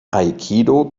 aikido